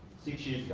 six years